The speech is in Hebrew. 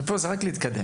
מפה זה רק להתקדם.